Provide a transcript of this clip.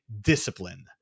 discipline